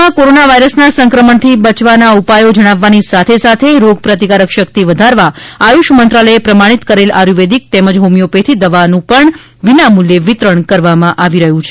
રથમાં કોરોના વાયરસના સંક્રમણથી બચવાના ઉપાયો જણાવવાની સાથે રોગ પ્રતિકારક શક્તિ વધારવા આયુષ મંત્રાલએ પ્રમાણિત કરેલ આયુર્વેદિક તેમજ હોમિયોપેથી દવાનું પણ વિનામૂલ્યે વિતરણ કરવામાં આવી રહ્યું છે